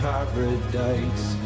Paradise